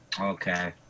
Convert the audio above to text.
Okay